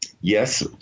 Yes